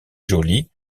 jolies